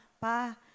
pa